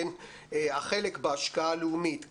החלק בהשקעה הלאומית.